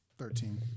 Thirteen